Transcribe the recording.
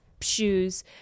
shoes